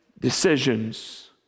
decisions